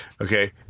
okay